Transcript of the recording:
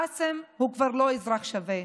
קאסם הוא כבר לא אזרח שווה.